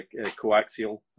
coaxial